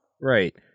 Right